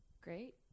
Great